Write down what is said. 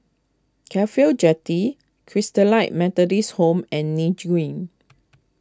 Cafhi O Jetty Christalite Methodist Home and Nim Green